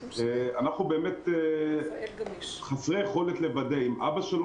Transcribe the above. אנחנו באמת חסרי יכולת לוודא אם אבא שלו